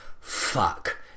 fuck